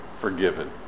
forgiven